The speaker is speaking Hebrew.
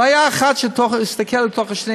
לא היה אחד שהסתכל לתוך השני,